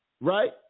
Right